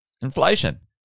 Inflation